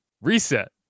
reset